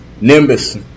Nimbus